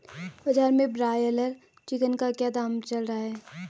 बाजार में broiler chicken का क्या दाम चल रहा है?